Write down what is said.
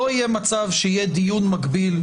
לא יהיה מצב שיהיה דיון מקביל,